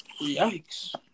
Yikes